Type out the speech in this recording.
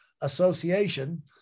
association